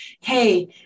hey